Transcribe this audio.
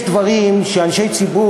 יש דברים שאנשי ציבור,